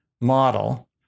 model